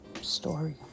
story